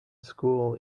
school